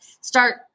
start